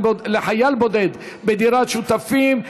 פטור לחייל בודד בדירת שותפים),